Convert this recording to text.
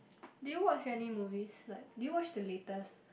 did you watch any movies like did you watch the latest